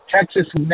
Texas